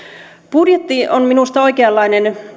budjetti on minusta oikeanlainen